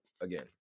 again